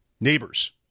Neighbors